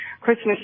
Christmas